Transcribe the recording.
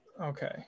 okay